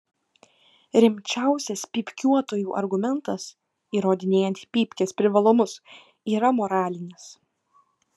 rimčiausias pypkiuotojų argumentas įrodinėjant pypkės privalumus yra moralinis